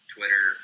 Twitter